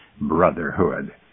brotherhood